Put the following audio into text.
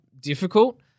difficult